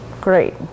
great